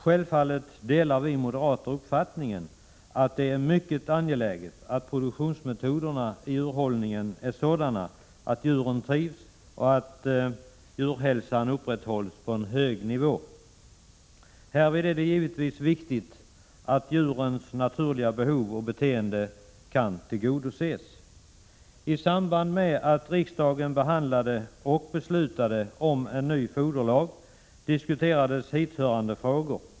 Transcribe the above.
Självfallet delar vi moderater uppfattningen att det är mycket angeläget att produktionsmetoderna i djurhållningen är sådana att djuren trivs och att djurhälsan upprätthålls på en hög nivå. Härvid är det givetvis viktigt att djurens naturliga behov och beteende kan tillgodoses. I samband med att riksdagen beslutade om en foderlag diskuterades hithörande frågor.